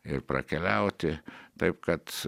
ir prakeliauti taip kad